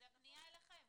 זו פנייה אליכם.